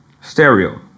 stereo